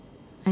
I